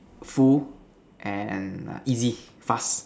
full and easy fast